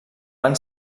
van